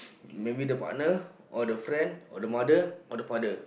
maybe the partner or the friend or the mother or the father